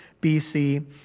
BC